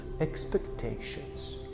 expectations